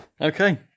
Okay